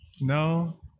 No